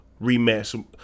rematch